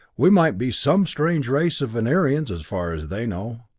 we might be some strange race of venerians as far as they know.